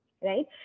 right